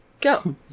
Go